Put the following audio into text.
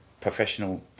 professional